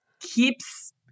keeps